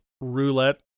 roulette